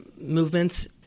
movements